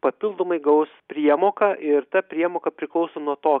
papildomai gaus priemoką ir ta priemoka priklauso nuo to